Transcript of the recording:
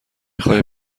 خوای